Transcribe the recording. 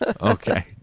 Okay